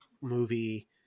movie